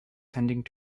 tending